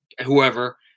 whoever